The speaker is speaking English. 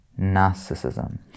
narcissism